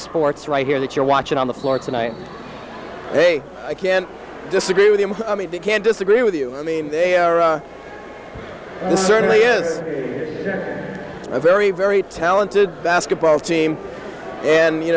sports right here that you're watching on the floor tonight they can disagree with him i mean they can disagree with you i mean they are certainly is a very very talented basketball team and you